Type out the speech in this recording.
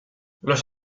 los